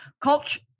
culture